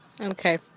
Okay